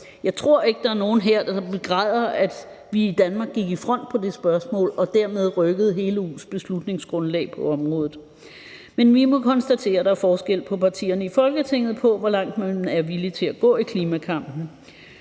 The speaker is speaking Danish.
Jeg tror ikke, at der er nogen her, der begræder, at vi i Danmark gik i front på det spørgsmål og dermed rykkede hele EU's beslutningsgrundlag på området. Kl. 00:11 Men vi må konstatere, at der er forskel på partierne i Folketinget, i forhold til hvor langt man er villig til at gå i klimakampen.